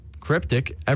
Cryptic